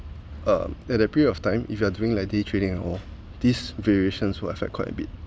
uh at that period of time if you are doing like day trading all these variations will affect quite a bit